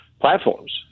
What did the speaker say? platforms